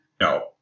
no